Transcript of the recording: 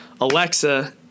Alexa